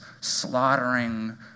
slaughtering